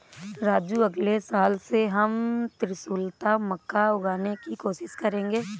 राजू अगले साल से हम त्रिशुलता मक्का उगाने की कोशिश करेंगे